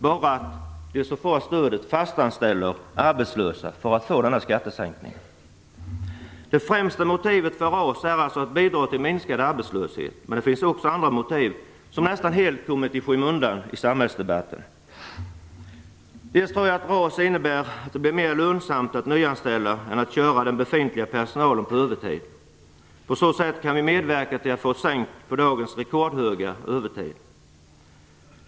Bara de som fastanställer arbetslösa får denna skattesänkning. Det främsta motivet för RAS är alltså att bidra till minskad arbetslöshet, men det finns också andra motiv som nästan helt kommit i skymundan i samhällsdebatten. Jag tror att RAS innebär att det blir mer lönsamt att nyanställa än att köra den befintliga personalen på övertid. På så sätt kan vi medverka till att sänka dagens rekordhöga övertid.